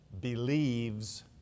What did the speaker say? believes